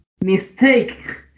mistake